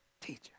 Teacher